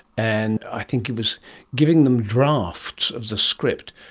and i think he was giving them drafts of the script,